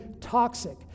toxic